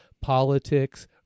politics